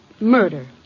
murder